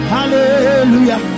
Hallelujah